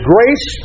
Grace